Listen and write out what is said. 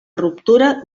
ruptura